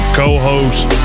co-host